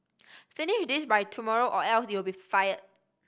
finish this by tomorrow or else you'll be fired